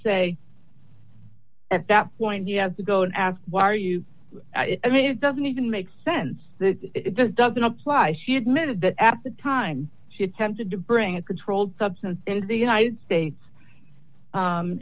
say at that point you have to go and ask why are you i mean it doesn't even make sense that this doesn't apply she admitted that at the time she attempted to bring a controlled substance into the united states